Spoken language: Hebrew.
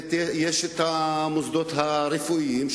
והמוסדות הרפואיים,